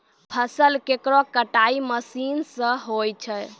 फसल केरो कटाई मसीन सें होय छै